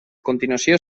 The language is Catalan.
continuació